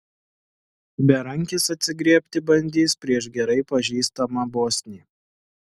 berankis atsigriebti bandys prieš gerai pažįstamą bosnį